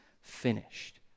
finished